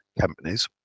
companies